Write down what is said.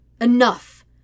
Enough